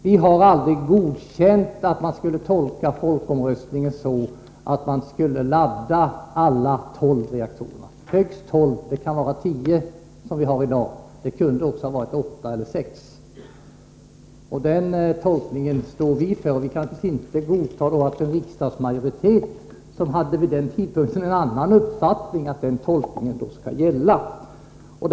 Vi har aldrig godkänt att man skulle tolka folkomröstningen så, att alla tolv reaktorerna skulle laddas. Vi sade högst tolv. Det kan vara tio, som vi har i dag. Det kunde också ha varit åtta eller sex. Den tolkningen står vi för. Vi kan då naturligtvis inte godta att den tolkning skall gälla som görs av en riksdagsmajoritet som vid tidpunkten för folkomröstningen hade en annan uppfattning.